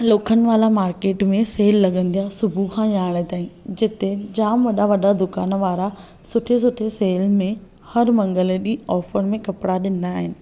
Lokhandwala market में sale लॻंदी आ सुबुह खां यारहें ताईं जीते जाम वॾा वॾा दुकान वारा सुठे सुठे सेल में हर मंगल ॾींहुं ऑफर में कपड़ा ॾींदा आहिनि